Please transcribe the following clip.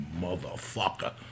motherfucker